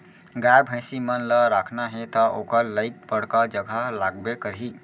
गाय भईंसी मन ल राखना हे त ओकर लाइक बड़का जघा लागबे करही